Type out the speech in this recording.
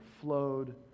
flowed